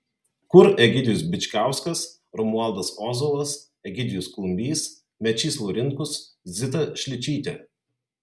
kur egidijus bičkauskas romualdas ozolas egidijus klumbys mečys laurinkus zita šličytė